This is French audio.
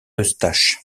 eustache